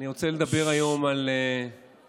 אני רוצה לדבר היום על זמנים,